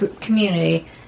community